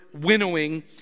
winnowing